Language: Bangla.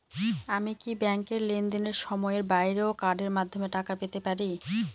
আমি কি ব্যাংকের লেনদেনের সময়ের বাইরেও কার্ডের মাধ্যমে টাকা পেতে পারি?